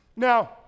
Now